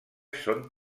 són